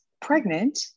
pregnant